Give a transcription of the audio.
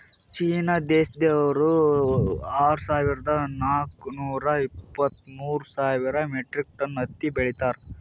China ದೇಶ್ದವ್ರು ಆರ್ ಸಾವಿರದಾ ನಾಕ್ ನೂರಾ ಇಪ್ಪತ್ತ್ಮೂರ್ ಸಾವಿರ್ ಮೆಟ್ರಿಕ್ ಟನ್ ಹತ್ತಿ ಬೆಳೀತಾರ್